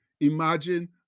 imagine